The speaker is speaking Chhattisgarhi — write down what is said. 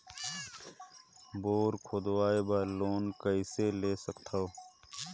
बोर खोदवाय बर लोन कइसे ले सकथव?